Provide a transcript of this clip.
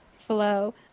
flow